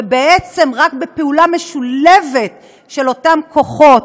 ובעצם רק בפעולה משולבת של אותם כוחות,